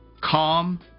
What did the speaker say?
calm